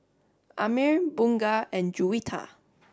Ammir Bunga and Juwita